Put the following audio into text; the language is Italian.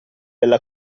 nella